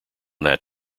that